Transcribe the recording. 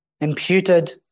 Imputed